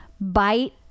bite